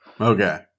Okay